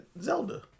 Zelda